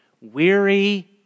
weary